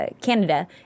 Canada